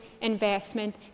investment